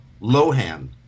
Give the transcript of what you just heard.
Lohan